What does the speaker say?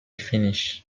finnish